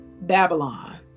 Babylon